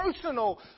personal